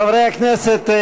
חברי הכנסת,